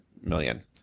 million